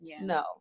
No